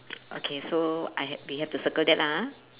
okay so I had we have to circle that ah